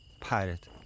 pirate